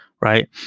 right